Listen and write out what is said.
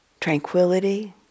tranquility